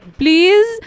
please